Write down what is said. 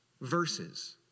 verses